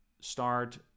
start